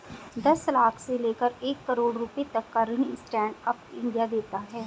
दस लाख से लेकर एक करोङ रुपए तक का ऋण स्टैंड अप इंडिया देता है